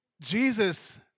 Jesus